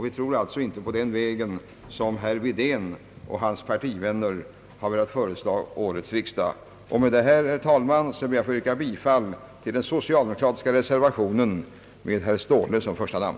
Vi tror alltså inte på den väg som herr Wedén och hans partivänner har velat föreslå årets riksdag. Med detta, herr talman, ber jag att få yrka bifall till den socialdemokratiska reservationen med herr Ståhle som första namn.